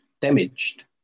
damaged